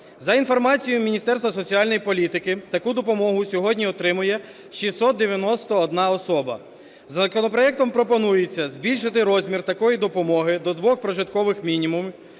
За інформацією Міністерства соціальної політики таку допомогу сьогодні отримує 691 особа. Законопроектом пропонується збільшити розмір такої допомоги до двох прожиткових мінімумів,